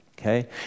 Okay